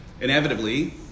inevitably